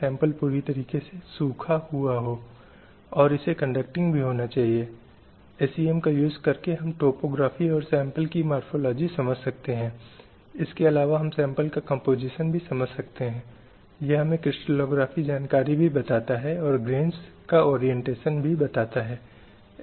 नागरिक और राजनीतिक अधिकारों का आनंद आर्थिक सामाजिक और सांस्कृतिक अधिकारों का आनंद लेने के लिए सभी विविध अधिकारों के हकदार हैं विशेष रूप से पुरुषों और महिलाओं के समान अधिकार जैसा कि हमने पहले कहा है कि कई राष्ट्रों में पूर्व में महिलाओं को वोट देने का अधिकार नहीं दिया गया था